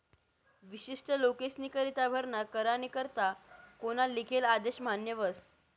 विशिष्ट लोकेस्नीकरता भरणा करानी करता कोना लिखेल आदेश मान्य व्हस